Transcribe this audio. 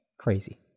Crazy